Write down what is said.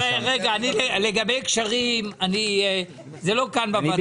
לגבי קשרים זה לא כאן בוועדה.